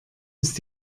ist